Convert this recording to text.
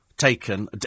taken